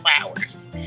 flowers